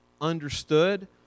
understood